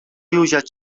يوجد